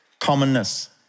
commonness